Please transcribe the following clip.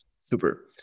super